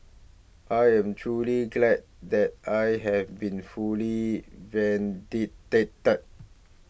I am truly glad that I have been fully